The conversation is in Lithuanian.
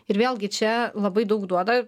ir vėlgi čia labai daug duoda